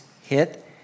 hit